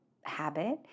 habit